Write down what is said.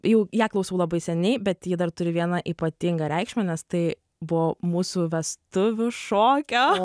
jau ją klausau labai seniai bet ji dar turi vieną ypatingą reikšmę nes tai buvo mūsų vestuvių šokio